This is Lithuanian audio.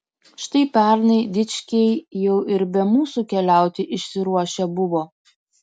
štai pernai dičkiai jau ir be mūsų keliauti išsiruošę buvo